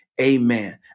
amen